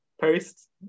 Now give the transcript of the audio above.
post